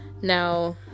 now